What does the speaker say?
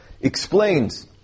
explains